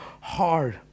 hard